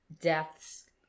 Death's